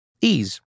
Ease